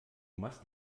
machst